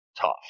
tough